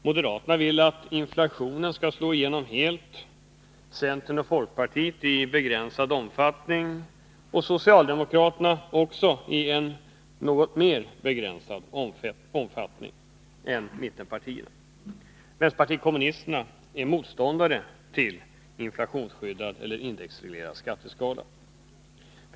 Moderaterna vill att inflationen skall slå igenom helt, centern och folkpartiet i begränsad omfattning och socialdemokraterna i en något mer begränsad omfattning än mittenpartierna. Vpk är motståndare till inflationsskyddad eller indexreglerad skatteskala.